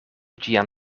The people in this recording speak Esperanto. ĝian